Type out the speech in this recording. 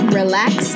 relax